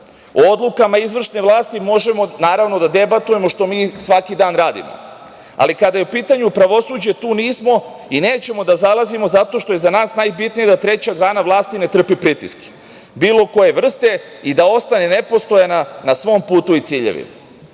O odlukama izvršne vlasti možemo, naravno, da debatujemo, što mi svaki dan radimo, ali kada je u pitanju pravosuđe tu nismo i nećemo da zalazimo zato što je za nas najbitnije da treća grana vlasti ne trpi pritiske bilo koje vrste i da ostane nepostojana na svom putu i ciljevima. Zato